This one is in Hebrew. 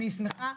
אני שמחה.